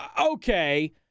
okay